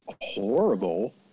horrible